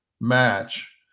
Match